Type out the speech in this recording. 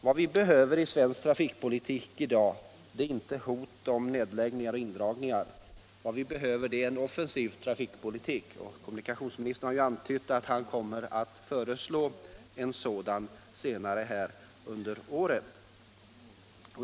Vad vi behöver i svensk trafikpolitik i dag är inte hot om nedläggningar och indragningar. Vad vi behöver är en offensiv trafikpolitik, och kommunikationsministern har ju antytt att man kommer att föreslå en sådan senare under året.